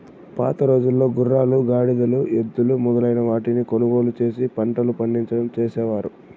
పాతరోజుల్లో గుర్రాలు, గాడిదలు, ఎద్దులు మొదలైన వాటిని కొనుగోలు చేసి పంటలు పండించడం చేసేవారు